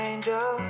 Angel